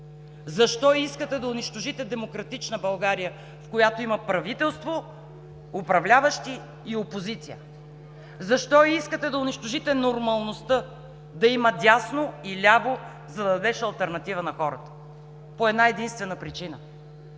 Защо искате да унищожите демократична България, в която има правителство, управляващи и опозиция? Защо искате да унищожите нормалността да има дясно и ляво, за да дадеш алтернатива на хората?! По една-единствена причина: